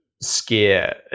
scare